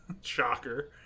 Shocker